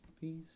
Peace